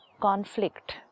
conflict